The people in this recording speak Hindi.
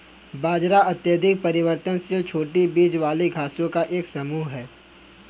बाजरा अत्यधिक परिवर्तनशील छोटी बीज वाली घासों का एक समूह है